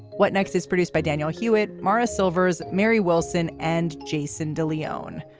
what next is produced by daniel hewitt, morris silvers, mary wilson and jason de leone.